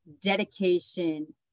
dedication